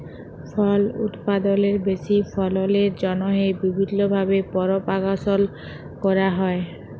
ফল উৎপাদলের বেশি ফললের জ্যনহে বিভিল্ল্য ভাবে পরপাগাশল ক্যরা হ্যয়